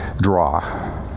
draw